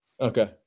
Okay